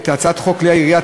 אילן גילאון,